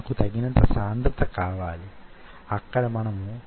micro fabrication అంటే ఏమిటి